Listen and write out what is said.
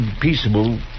Peaceable